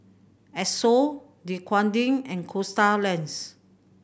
Esso Dequadin and Coasta Lands